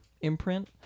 imprint